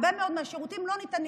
הרבה מאוד מהשירותים לא ניתנים,